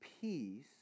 peace